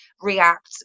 react